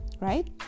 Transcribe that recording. right